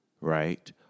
right